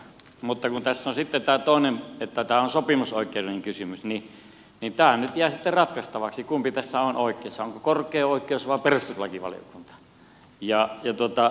mutta kun tässä on sitten tämä toinen puoli että tämä on sopimusoikeudellinen kysymys niin tämä nyt jää sitten ratkaistavaksi kumpi tässä on oikeassa onko korkein oikeus vai perustuslakivaliokunta